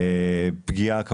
פגיעה נופית,